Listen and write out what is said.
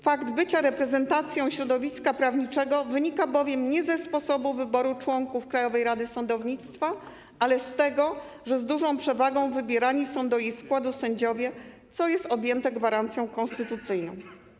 Fakt bycia reprezentacją środowiska prawniczego wynika bowiem nie ze sposobu wyboru członków Krajowej Rady Sądownictwa, ale z tego, że z dużą przewagą wybierani są do jej składu sędziowie, co jest objęte gwarancją konstytucyjną.